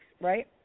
right